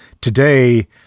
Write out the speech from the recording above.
today